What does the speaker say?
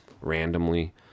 randomly